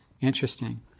interesting